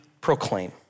proclaim